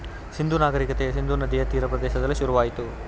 ಸಿಂಧೂ ನಾಗರಿಕತೆಯ ಸಿಂಧೂ ನದಿಯ ತೀರ ಪ್ರದೇಶದಲ್ಲಿ ಶುರುವಾಯಿತು